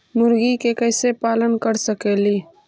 मुर्गि के कैसे पालन कर सकेली?